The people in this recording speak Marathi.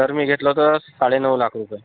सर मी घेतलं होतं साडे नऊ लाख रुपये